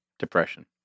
Depression